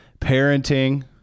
parenting